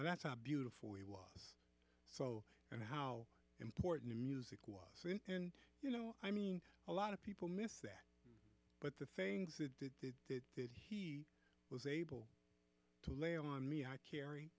and that's how beautiful he was so and how important music was and you know i mean a lot of people miss that but the things that did he was able to lay on me i car